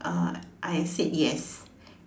uh I said yes